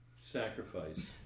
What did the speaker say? sacrifice